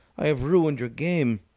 i have ruined your game!